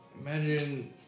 Imagine